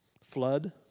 flood